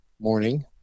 morning